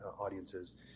audiences